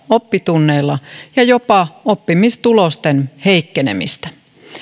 oppitunneilla ja jopa oppimistulosten heikkenemistä